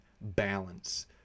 balance